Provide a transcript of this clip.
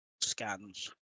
scans